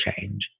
change